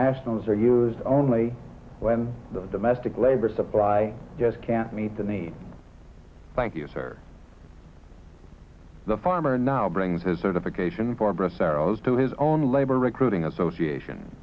nationals are used only when the domestic labor supply yes can't meet the needs thank you sir the farmer now brings his certification barbara sorrows to his own labor recruiting association